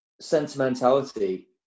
sentimentality